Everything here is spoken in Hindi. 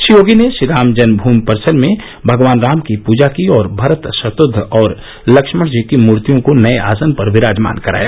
श्री योगी ने श्रीराम जन्ममूमि परिसर में भगवान राम की पूजा की और भरत शत्र्वज व लक्ष्मण जी की मूर्तियों को नए आसन पर विराजमान कराया